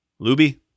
Luby